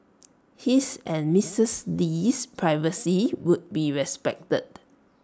his and misses Lee's privacy would be respected